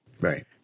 Right